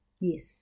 Yes